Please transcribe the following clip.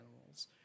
animals